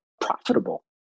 profitable